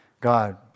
God